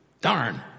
darn